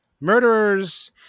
murderers